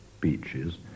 beaches